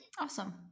awesome